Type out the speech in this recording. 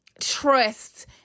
trust